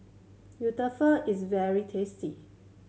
is very tasty